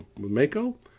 Mako